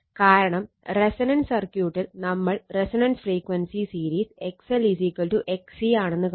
കാരണം റെസൊണൻസ് സർക്യൂട്ടിൽ നമ്മൾ resonance frequency series XL XC ആണെന്ന് കണ്ടു